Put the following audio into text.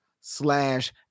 slash